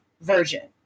version